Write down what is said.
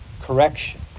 correction